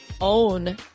own